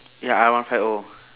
ya R one five O